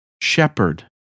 Shepherd